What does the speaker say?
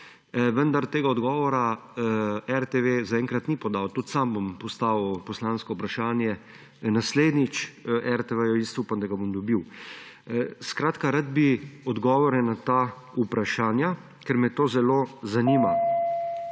Vendar tega odgovora RTV zaenkrat ni podal. Tudi sam bom postavil poslansko vprašanje naslednjič RTV-ju, upam, da ga bom dobil. Skratka, rad bi odgovore na ta vprašanja, ker me to zelo zanima.